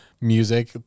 Music